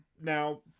Now